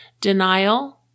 denial